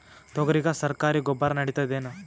ತೊಗರಿಗ ಸರಕಾರಿ ಗೊಬ್ಬರ ನಡಿತೈದೇನು?